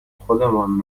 خودمان